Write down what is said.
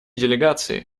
делегации